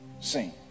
seen